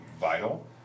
vital